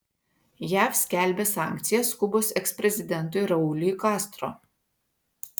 jav skelbia sankcijas kubos eksprezidentui rauliui castro